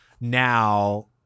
now